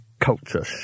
culture